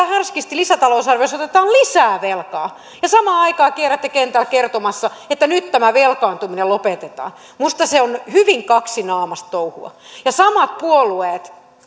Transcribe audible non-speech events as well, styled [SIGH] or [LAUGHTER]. [UNINTELLIGIBLE] härskisti lisätalousarviossa otetaan lisää velkaa samaan aikaan kiertävät kentällä kertomassa että nyt tämä velkaantuminen lopetetaan minusta se on hyvin kaksinaamaista touhua ja samat puolueet